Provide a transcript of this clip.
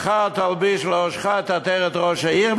מחר תלביש לראשך את עטרת ראש העיר,